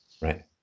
Right